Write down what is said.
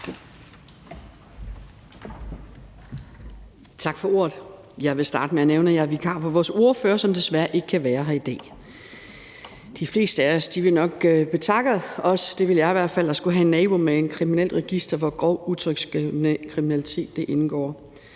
Tak for ordet. Jeg vil starte med at nævne, at jeg er vikar for vores ordfører, som desværre ikke kan være her i dag. De fleste af os vil nok betakke sig for at have en nabo med et kriminalitetsregister, hvor grov utryghedsskabende kriminalitet indgår.